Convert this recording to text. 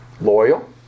Loyal